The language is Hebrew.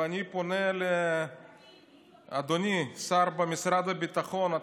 ואני פונה לאדוני השר במשרד הביטחון,